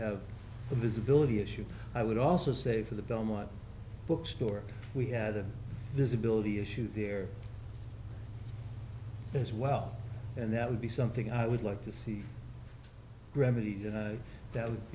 have the visibility issue i would also say for the belmont bookstore we had a visibility issue there as well and that would be something i would like to see gravity that would